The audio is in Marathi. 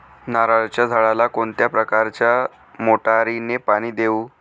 नारळाच्या झाडाला कोणत्या प्रकारच्या मोटारीने पाणी देऊ?